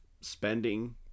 spending